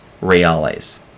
reales